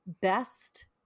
best